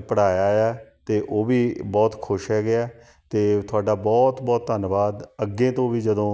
ਪੜ੍ਹਾਇਆ ਆ ਅਤੇ ਉਹ ਵੀ ਬਹੁਤ ਖੁਸ਼ ਹੈਗੇ ਆ ਅਤੇ ਤੁਹਾਡਾ ਬਹੁਤ ਬਹੁਤ ਧੰਨਵਾਦ ਅੱਗੇ ਤੋਂ ਵੀ ਜਦੋਂ